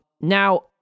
Now